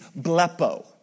blepo